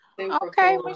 Okay